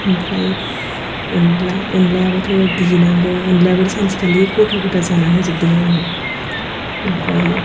ओमफ्राय अनला अनलायाबोथ' देनांगौ अनलायाबो सानसेखालि गथा गथा जाना होजोबदों आंनाव ओमफ्राय